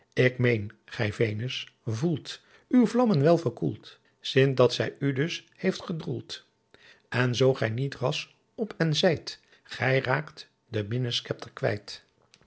ik meen ghy venus voelt uw vlammen wel verkoelet sint dat zy u dus heeft gedroelt en zoo ghy niet ras op en zijt ghy raakt den minneschepter quijt